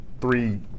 three